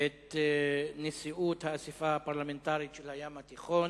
את נשיאות האספה הפרלמנטרית של הים התיכון,